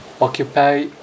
occupy